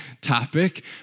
topic